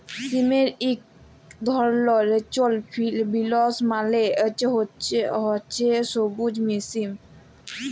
সিমের ইক ধরল ফেরেল্চ বিলস মালে হছে সব্যুজ সিম